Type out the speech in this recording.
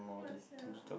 what sia